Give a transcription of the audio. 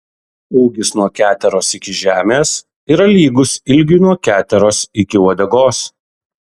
ūgis nuo keteros iki žemės yra lygus ilgiui nuo keteros iki uodegos